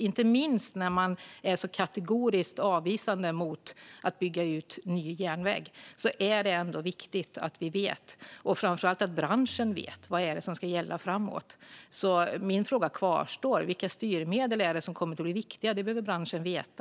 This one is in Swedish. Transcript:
Inte minst när man är så kategoriskt avvisande mot att bygga ny järnväg är det viktigt att vi vet och framför allt att branschen vet vad som ska gälla framåt. Min fråga kvarstår: Vilka styrmedel är det som kommer att bli viktiga? Det behöver branschen veta.